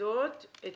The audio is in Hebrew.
עובדות את